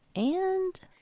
and,